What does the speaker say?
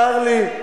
צר לי,